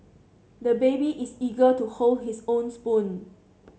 the baby is eager to hold his own spoon